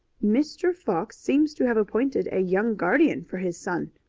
mr. fox seems to have appointed a young guardian for his son,